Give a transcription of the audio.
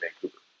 Vancouver